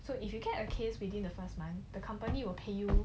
so if you get a case within the first month the company will pay you